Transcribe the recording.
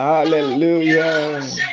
Hallelujah